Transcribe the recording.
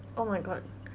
oh my god